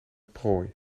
prooi